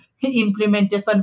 implementation